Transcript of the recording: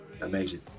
amazing